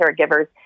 caregivers